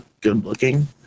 good-looking